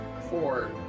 four